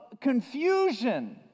confusion